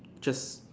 just